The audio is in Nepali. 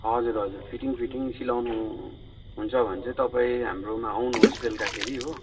हजुर हजुर फिटिङ फिटिङ सिलाउनु हुन्छ भने चाहिँ तपाईँ हाम्रोमा आउनुहोस् बेलुकाखेरि हो